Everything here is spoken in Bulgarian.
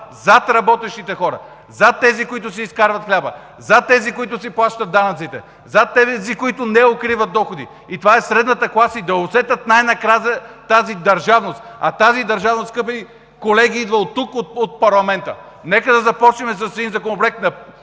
зад работещите хора, зад тези, които си изкарват хляба, зад тези, които си плащат данъците, зад тези, които не укриват доходи – това е средната класа. Да усети тя най-накрая тази държавност. А тази държавност, скъпи колеги, идва оттук, от парламента. Нека да започнем – един законопроект да